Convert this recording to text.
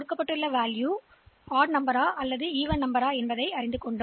எனவே எண் பூஜ்ஜியமாக இல்லாவிட்டால் அது ஒற்றைப்படை எண்